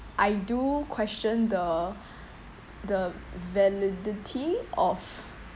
I do question the the validity of